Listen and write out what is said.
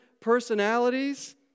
personalities